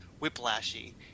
whiplashy